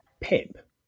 Pip